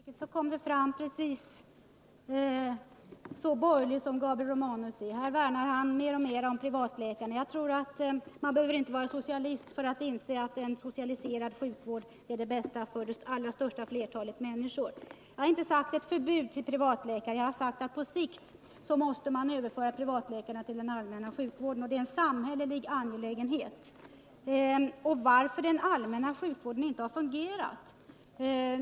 Herr talman! I det föregående inlägget kom det mycket tydligt fram hur borgerlig Gabriel Romanus är. Han värnar mer och mer om privatläkarna. Man behöver inte vara socialist för att inse att en socialiserad sjukvård är den bästa för de allra flesta människor. Jag har inte talat om förbud mot privatläkare utan sagt att man på sikt måste överföra privatläkarna till den allmänna sjukvården och att detta är en samhällelig angelägenhet. Jag vill också ta upp frågan varför den allmänna sjukvården inte har fungerat.